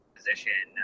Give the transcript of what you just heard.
position